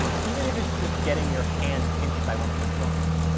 even if it's just getting your hand pinched by one of the joints.